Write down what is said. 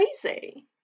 crazy